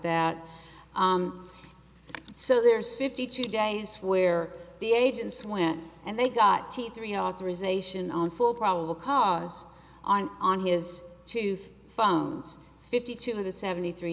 that so there's fifty two days where the agents went and they got teeth reauthorization on full probable cause on on his tooth phones fifty two of the seventy three